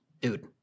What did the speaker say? dude